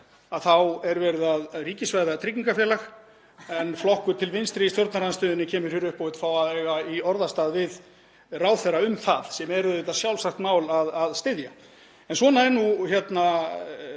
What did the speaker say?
sé verið að ríkisvæða tryggingafélag en flokkur til vinstri í stjórnarandstöðunni kemur hér upp og vill fá að eiga orðastað við ráðherra um það, sem er auðvitað sjálfsagt mál að styðja. Svona er nú málið